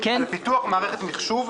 המשמעות של התפתחות הוועדה בתהליכים היא כסף.